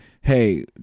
hey